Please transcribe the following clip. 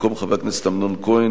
במקום חבר הכנסת אמנון כהן,